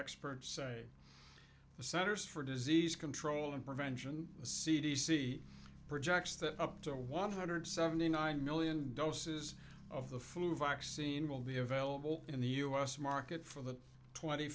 experts say the centers for disease control and prevention c d c projects that up to one hundred seventy nine million doses of the flu vaccine will be available in the u s market for the twenty